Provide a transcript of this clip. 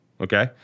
okay